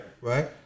Right